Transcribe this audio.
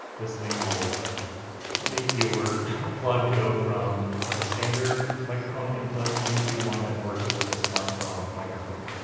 this thing will make your plug go from the standard microphone input into one that works with a smartphone microphone.